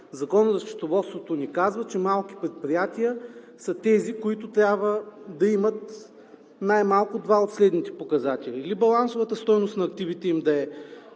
Законът за счетоводството ни казва, че „малки предприятия“ са тези, които трябва да имат най-малко два от следните показатели: или балансовата стойност на активите им да е